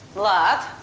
lot